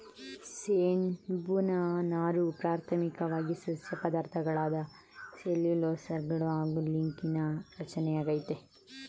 ಸೆಣ್ಬಿನ ನಾರು ಪ್ರಾಥಮಿಕ್ವಾಗಿ ಸಸ್ಯ ಪದಾರ್ಥಗಳಾದ ಸೆಲ್ಯುಲೋಸ್ಗಳು ಹಾಗು ಲಿಗ್ನೀನ್ ನಿಂದ ರಚನೆಯಾಗೈತೆ